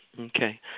Okay